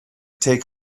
take